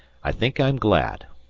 i think i am glad.